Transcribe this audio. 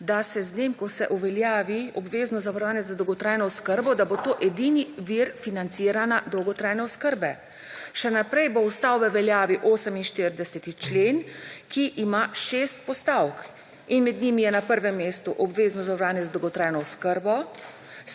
da se z dnem, ko se uveljavi obvezno zavarovanje za dolgotrajno oskrbo, da bo to edini vir financiranja dolgotrajne oskrbe. Še naprej bo ostal v veljavi 48. člen, ki ima 6 postavk in med njimi je na prvem mestu obvezno zavarovanje za dolgotrajno oskrbo,